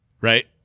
right